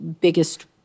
biggest